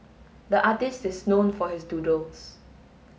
the artist is known for his doodles